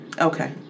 Okay